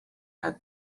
had